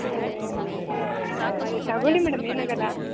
ಓ ತಗೊಳ್ಳಿ ಮೇಡಮ್ ಏನಾಗೋಲ್ಲ